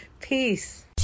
Peace